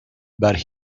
but